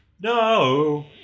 no